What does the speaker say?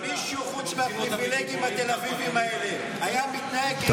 אם מישהו חוץ מהפריבילגים התל אביבים האלה היה מתנהג רבע מזה,